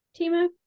Timo